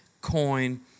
coin